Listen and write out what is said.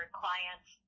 clients